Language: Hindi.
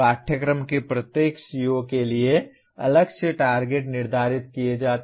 पाठ्यक्रम के प्रत्येक CO के लिए अलग से टारगेट निर्धारित किए जाते हैं